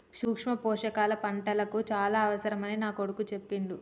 సూక్ష్మ పోషకాల పంటలకు చాల అవసరమని నా కొడుకు చెప్పిండు